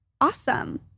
awesome